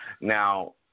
Now